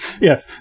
Yes